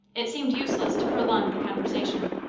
it seemed useless to prolong the conversation.